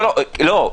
לא,